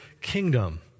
kingdom